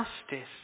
justice